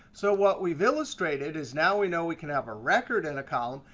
so what we've illustrated is now we know we can have a record in a column.